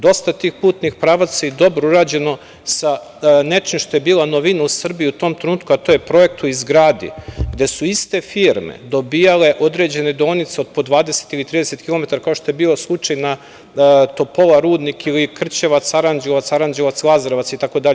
Dosta tih putnih pravaca je dobro urađeno, sa nečim što je bila novina u Srbiji u tom trenutku, a to je projekat u izgradnji, gde su iste firme dobijale određene deonice od po 20 ili 30 kilometara, kao što je bio slučaj kod Topole – Rudnik ili Krćevac, Aranđelovac, Aranđelovac – Lazarevac, itd.